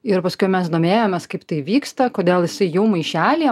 ir paskui mes domėjomės kaip tai vyksta kodėl jisai jau maišelyje